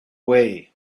way